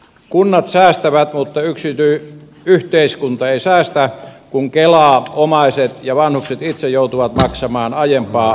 kunnat säästävät mutta yhteiskunta ei säästä kun kela omaiset ja vanhukset itse joutuvat maksamaan aiempaa suuremman osuuden